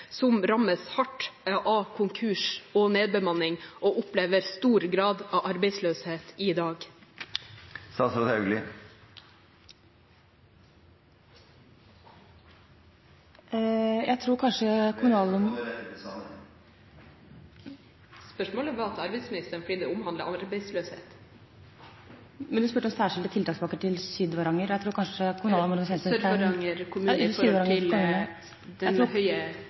som rammes hardt av konkurs og nedbemanning og opplever stor grad av arbeidsløshet i dag? Jeg tror kanskje kommunalministeren… Ble spørsmålet rettet til statsråd Sanner? Spørsmålet var til arbeidsministeren fordi det omhandler arbeidsløshet – altså Sør-Varanger kommune i forhold til